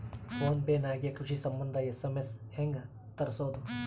Phone ನಾಗೆ ಕೃಷಿ ಸಂಬಂಧ ಎಸ್.ಎಮ್.ಎಸ್ ಹೆಂಗ ತರಸೊದ?